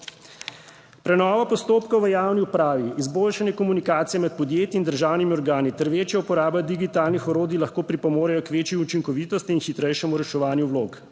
Prenova postopkov v javni upravi, izboljšanje komunikacije med podjetji in državnimi organi ter večja uporaba digitalnih orodij lahko pripomore k večji učinkovitosti in hitrejšemu reševanju vlog.